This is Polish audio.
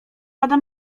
lada